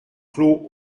clos